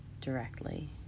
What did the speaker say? directly